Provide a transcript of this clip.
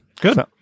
good